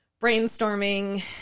brainstorming